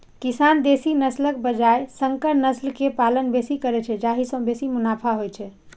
किसान देसी नस्लक बजाय संकर नस्ल के पालन बेसी करै छै, जाहि सं बेसी मुनाफा होइ छै